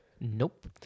Nope